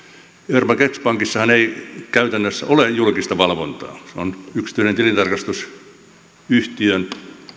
euroopan keskuspankissahan ei käytännössä ole julkista valvontaa se on yksityisen tilintarkastusyhtiön